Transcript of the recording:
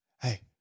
hey